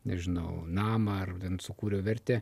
nežinau namą ar ten sukūriau vertę